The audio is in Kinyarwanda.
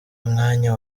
umwanya